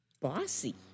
bossy